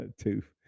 Tooth